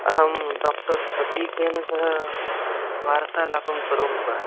अहं डोक्टर् प्रतीकेन सह वार्तालापं करोमि वा